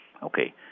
Okay